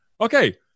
Okay